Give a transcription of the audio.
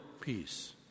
peace